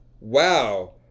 wow